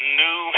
new